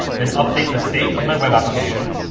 then update the state of my web application.